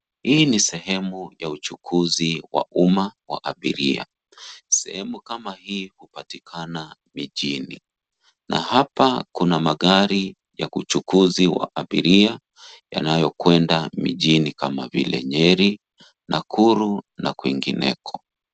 Hii ni sehemu wa uchukuzi wa umma wa abiria, sehemu kama hii hupatikana mijini, na hapa kuna magari wa kuchukuzi wa abiria yanayokwenda mijini kama vile nyeri, nakuru na kwingineko.